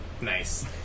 Nice